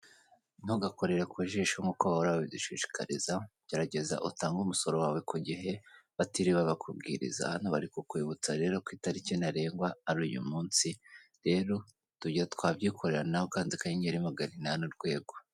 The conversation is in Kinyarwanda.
Ntugakorere ku jisho nkuko bahora babidushishikariza, gerageza utange umusoro wawe ku gihe batiriwe bakubwiriza. Hano bari kukwibutsa rero ko itariki ntarengwa ari uyu munsi rero twabyikorera nawe ukanze akanyenyeri magana inani urwego.